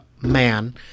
man